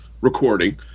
recording